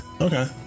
Okay